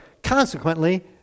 Consequently